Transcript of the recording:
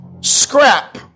scrap